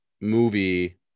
movie